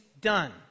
done